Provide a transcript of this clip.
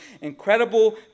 incredible